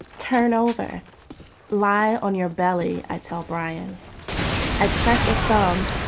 turnover lie on your belly, i tell brian i press a thumb